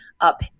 up